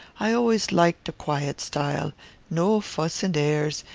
i always liked de quiet style no fuss and airs,